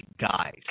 guys